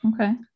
Okay